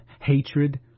hatred